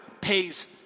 pays